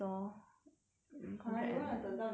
!huh! you wanna 等到你 contract end